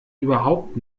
überhaupt